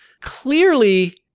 Clearly